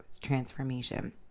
transformation